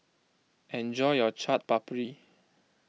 enjoy your Chaat Papri